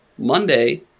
Monday